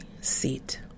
seat